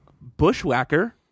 bushwhacker